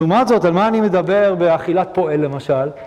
למרות זאת, על מה אני מדבר באכילת פועל, למשל?